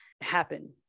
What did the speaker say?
happen